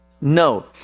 No